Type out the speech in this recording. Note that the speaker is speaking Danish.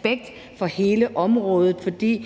respekt for hele området, for det